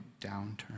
downturn